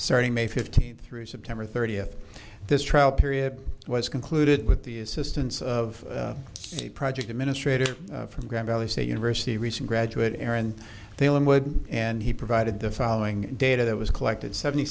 starting may fifteenth through september thirtieth this trial period was concluded with the assistance of the project administrator from grand valley state university recent graduate and they would and he provided the following data that was collected seventy